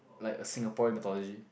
like a Singapore mythology